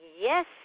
Yes